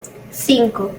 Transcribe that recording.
cinco